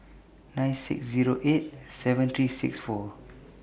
nine six Zero eight seven three six four